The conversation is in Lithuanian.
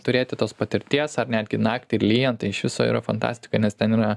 turėti tos patirties ar netgi naktį ir lyjant tai iš viso yra fantastika nes ten yra